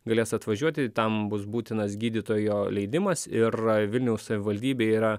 galės atvažiuoti tam bus būtinas gydytojo leidimas ir vilniaus savivaldybė yra